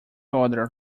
other